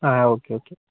ആ okay okay